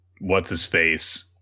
what's-his-face